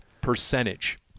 percentage